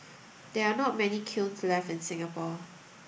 there are not many kilns left in Singapore